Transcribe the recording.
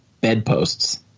bedposts